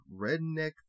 redneck